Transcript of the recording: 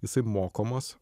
jisai mokomas